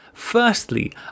Firstly